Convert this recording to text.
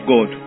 God